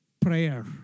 prayer